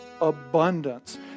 abundance